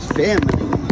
family